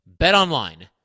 BetOnline